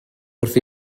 wrth